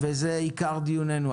זה עיקר הדיון שלנו.